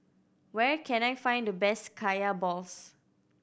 where can I find the best Kaya balls